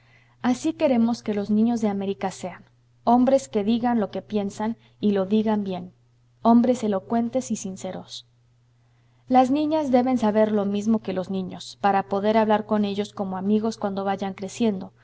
así queremos que los niños de américa sean hombres que digan lo que piensan y lo digan bien hombres elocuentes y sinceros las niñas deben saber lo mismo que los niños para poder hablar con ellos como amigos cuando vayan creciendo